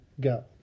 go